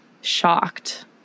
shocked